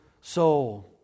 soul